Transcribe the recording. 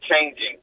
changing